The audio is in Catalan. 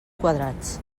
quadrats